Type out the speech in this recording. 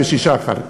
ו-26% אחר כך,